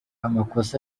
amakosa